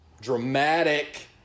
Dramatic